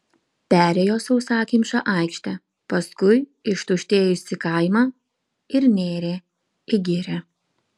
perėjo sausakimšą aikštę paskui ištuštėjusį kaimą ir nėrė į girią